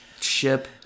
ship